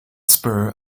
spur